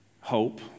hope